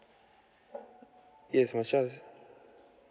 yes my child is